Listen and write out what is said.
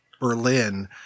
Berlin